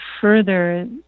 further